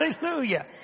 Hallelujah